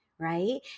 right